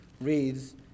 reads